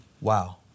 Wow